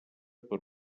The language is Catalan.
per